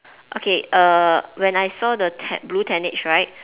okay err when I saw the tent~ blue tentage right